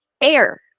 air